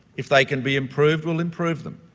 if they can be improved, we'll improve them.